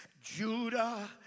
Judah